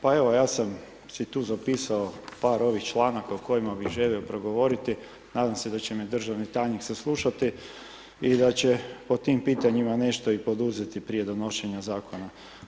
Pa evo, ja sam si tu zapisao par ovih članaka o kojima bih želio progovoriti, nadam se da će me državni tajnik saslušati i da će po tim pitanjima nešto i poduzeti prije donošenja Zakona.